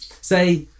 say